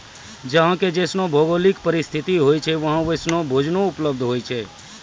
जहां के जैसनो भौगोलिक परिस्थिति होय छै वहां वैसनो भोजनो उपलब्ध होय छै